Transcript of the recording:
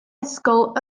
ysgol